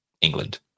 England